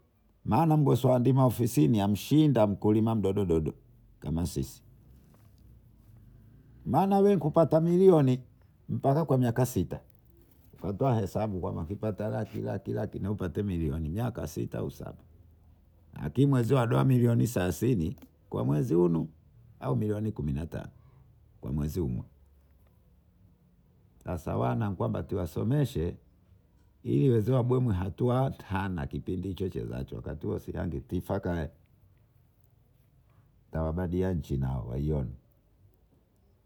Maana mgosuwa ofisini amshinda mkulima mdodododo kama sisi maana wee kupata milioni mbaka kwa miaka sita ukatoa hesabu kwamba ukipata laki na upate milioni miaka sits au saba lakini mwenzio adoa milioni thelathini kwa mwenzi hunu au milioni kumi na tano kwa mwenzi hu moja sasa wana tuwasomeshe ili wenzio hatuwatana kipindi hicho chezacho wakati huo sindagi sinagi tifakai tawabadia inchi nayowahiona